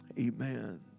Amen